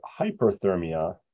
hyperthermia